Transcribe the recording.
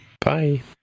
Bye